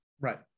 right